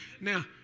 now